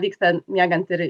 vyksta miegant ir